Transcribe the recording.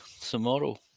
tomorrow